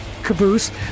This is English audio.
caboose